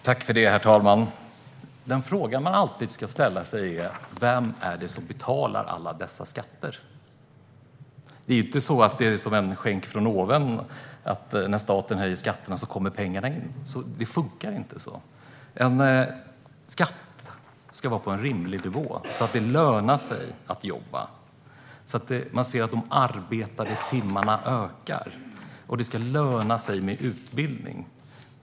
Herr talman! Den fråga man alltid ska ställa sig är: Vem är det som betalar alla dessa skatter? Det är ju inte som en skänk från ovan. Det är inte så att när staten höjer skatterna kommer pengarna in - det funkar inte så. En skatt ska vara på en rimlig nivå, så att det lönar sig att jobba och så att man ser att antalet arbetade timmar ökar. Det ska också löna sig med utbildning.